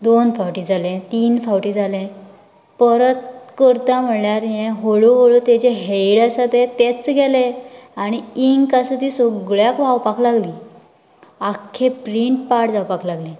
दोन फावटीं जालें तीन फावटी जालें परत करता म्हळ्यार हें हळू हळू तेजें हेड आसा तेंच गेलें आनी इंक आसा ती सगळ्याक व्हांवपाक लागली आख्खी प्रिन्ट पाड जावपाक लागली